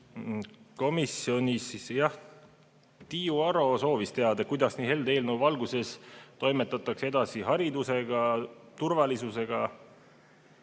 Komisjonis jah Tiiu Aro soovis teada, kuidas nii helde eelnõu valguses toimetatakse edasi haridusega, turvalisusega.